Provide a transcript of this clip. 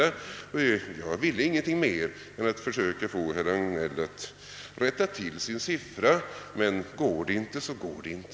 Jag syftade inte till någonting mer än att försöka förmå herr Hagnell att rätta till sina siffror — men går det inte så går det inte.